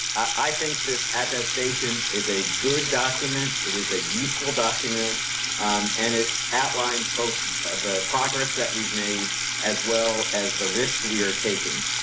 i think this attestation is a good document. it is a useful document and it outlines both the progress that we've made as well as the risk we are taking.